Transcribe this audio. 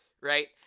right